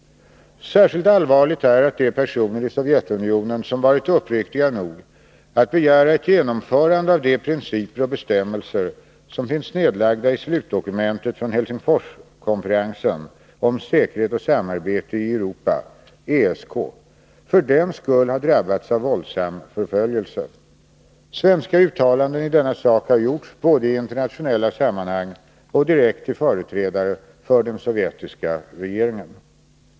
Särskilt allvarligt är att de personer i Sovjetunionen som varit uppriktiga nog att begära ett genomförande av de principer och bestämmelser som finns nedlagda i slutdokumentet från Helsingforskonferensen om säkerhet och samarbete i Europa för den skull har drabbats av våldsam förföljelse. Svenska uttalanden i denna sak har gjorts både i internationella sammanhang och direkt till företrädare för den sovjetiska regeringen.